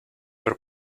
per